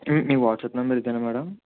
మీ WhatsApp number ఇదేనా madam